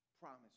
promise